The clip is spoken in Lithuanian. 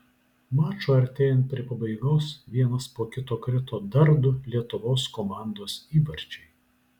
mačui artėjant prie pabaigos vienas po kito krito dar du lietuvos komandos įvarčiai